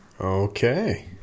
Okay